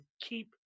keep